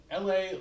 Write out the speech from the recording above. LA